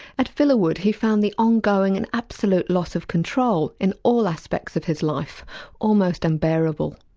at villawood he found the ongoing and absolute loss of control in all aspects of his life almost unbearable.